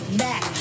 back